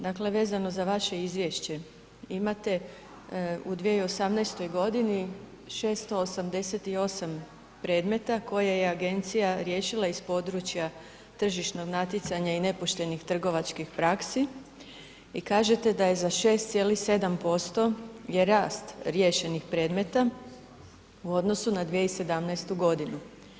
Dakle, vezano za vaše izvješće imate u 2018. godini 688 predmeta koje je agencija riješila iz područja tržišnog natjecanja i nepoštenih trgovačkih praksi i kažete da je za 6,7% je rast riješenih predmeta u odnosu na 2017. godinu.